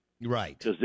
Right